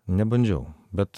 nebandžiau bet